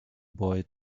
boy